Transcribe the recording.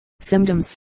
Symptoms